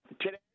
Today